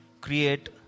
create